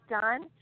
done